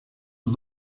and